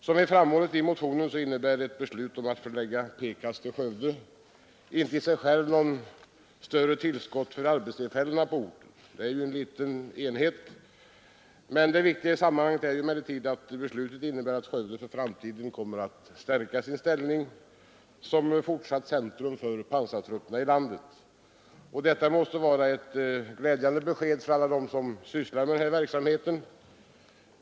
Som framhålls i motionen innebär ett beslut om att förlägga PKAS till Skövde inte i sig självt något större tillskott av arbetstillfällen till orten. Skolan är ju en liten enhet. Men det viktiga i sammanhanget är att beslutet innebär att Skövde för framtiden kommer att stärka sin ställning som fortsatt centrum för pansartrupperna i landet. Detta måste vara ett glädjande besked för alla dem som sysslar med denna verksamhet.